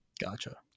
Gotcha